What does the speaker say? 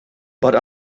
but